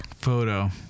Photo